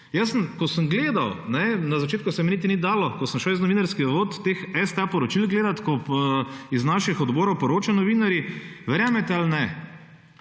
Jaz sem, ko sem gledal, na začetku se mi niti ni dalo, ko sem šel iz novinarskih vod teh STA poročil gledati ko iz naših odborov poročajo novinarji, verjamete ali ne,